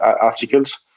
articles